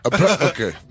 Okay